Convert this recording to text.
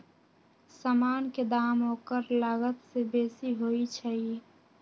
समान के दाम ओकर लागत से बेशी होइ छइ